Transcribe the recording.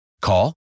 Call